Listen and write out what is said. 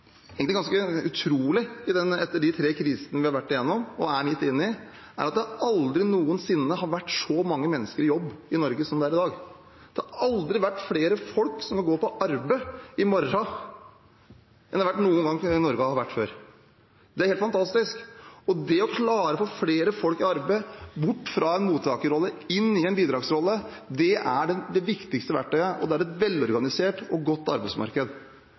egentlig er ganske utrolig etter de tre krisene vi har vært igjennom, og er midt inne i, er at det aldri noensinne har vært så mange mennesker i jobb i Norge som det er i dag. Det har aldri før, noen gang, vært flere folk i Norge som kan gå på arbeid i morgen enn det er nå. Det er helt fantastisk. Det å klare å få flere folk i arbeid, bort fra en mottakerrolle, inn i en bidragsrolle, er det viktigste verktøyet – og et velorganisert og godt arbeidsmarked.